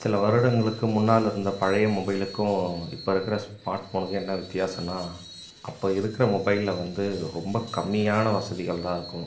சில வருடங்களுக்கு முன்னால் இருந்த பழைய மொபைலுக்கும் இப்போ இருக்கிற ஸ்மார்ட் ஃபோனுக்கும் என்ன வித்தியாசம்னால் அப்போது இருக்கிற மொபைலில் வந்து ரொம்ப கம்மியான வசதிகள் தான் இருக்கும்